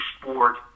sport